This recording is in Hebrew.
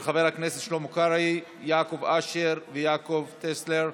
של חברי הכנסת שלמה קרעי, יעקב אשר ויעקב טסלר.